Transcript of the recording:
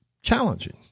challenging